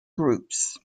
groups